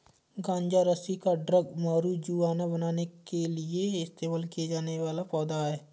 गांजा रस्सी या ड्रग मारिजुआना बनाने के लिए इस्तेमाल किया जाने वाला पौधा है